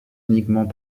uniquement